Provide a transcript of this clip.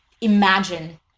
imagine